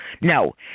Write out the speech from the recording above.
No